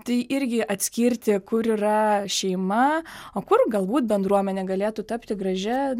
tai irgi atskirti kur yra šeima o kur galbūt bendruomenė galėtų tapti gražia